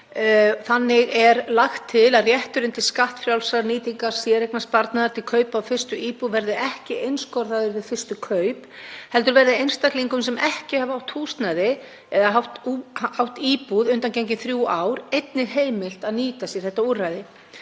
Þannig er lagt til að rétturinn til skattfrjálsrar nýtingar séreignarsparnaðar til kaupa á fyrstu íbúð verði ekki einskorðaður við fyrstu kaup, heldur verði einstaklingum sem ekki hafa átt íbúð undangengin þrjú ár einnig heimilt að nýta sér þetta úrræði.